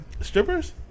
Strippers